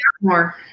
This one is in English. more